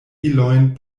ilojn